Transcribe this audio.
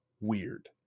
weird